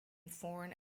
foreign